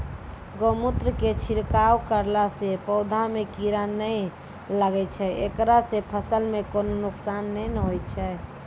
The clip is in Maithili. गोमुत्र के छिड़काव करला से पौधा मे कीड़ा नैय लागै छै ऐकरा से फसल मे कोनो नुकसान नैय होय छै?